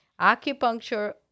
Acupuncture